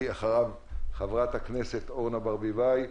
בלי זה אין סיכוי שנאשר את זה.